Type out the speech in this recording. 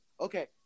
Okay